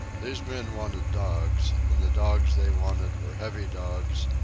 these men wanted dogs, and the dogs they wanted were heavy dogs,